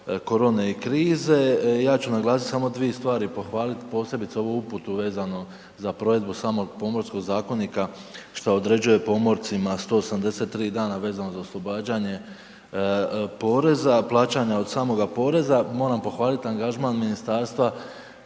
korone i krize. Ja ću naglasiti samo dvije stvari, pohvaliti posebice ovu uputu vezano za provedbu samog Pomorskog zakonika što određuje pomorcima 183 dana vezano za oslobađanje poreza, plaćanja od samoga poreza, moram pohvaliti angažman ministarstva